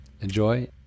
Enjoy